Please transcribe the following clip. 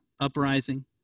uprising